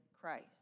Christ